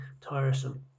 tiresome